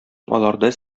аларда